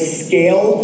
scale